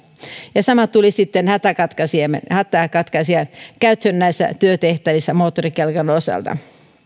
ja sama tuli sitten hätäkatkaisijan käyttöön näissä työtehtävissä moottorikelkan osalta